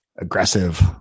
aggressive